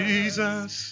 Jesus